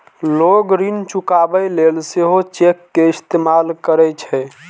लोग ऋण चुकाबै लेल सेहो चेक के इस्तेमाल करै छै